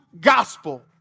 gospel